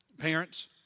Parents